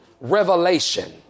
revelation